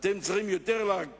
אתם צריכים לגלות